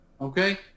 Okay